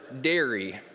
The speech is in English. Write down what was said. dairy